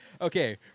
okay